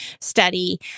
study